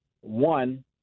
one